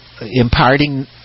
imparting